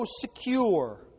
secure